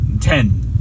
ten